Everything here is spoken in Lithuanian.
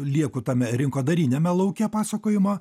lieku tame rinkodariniame lauke pasakojimo